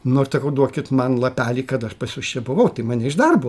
nor sakau duokit man lapelį kad aš pas jus čia buvau tai mane iš darbo